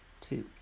two